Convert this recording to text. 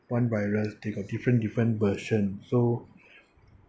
one virus they got different different version so